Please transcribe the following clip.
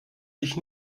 sich